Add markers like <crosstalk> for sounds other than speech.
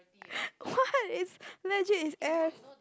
<laughs> what is legit is F